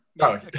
No